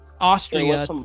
Austria